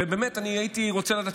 ובאמת אני הייתי רוצה לדעת,